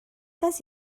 does